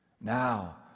Now